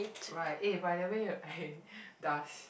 right eh by the way hey does